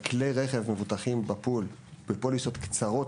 כלי רכב מבוטחים בפול בפוליסות קצרות